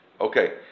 Okay